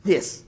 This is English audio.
Yes